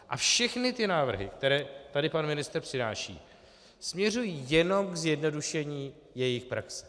A všechny návrhy, které tady pan ministr přináší, směřují jenom k zjednodušení jejich praxe.